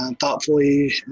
thoughtfully